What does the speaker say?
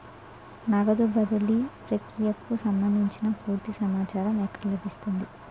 నగదు బదిలీ ప్రక్రియకు సంభందించి పూర్తి సమాచారం ఎక్కడ లభిస్తుంది?